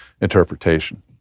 interpretation